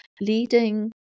leading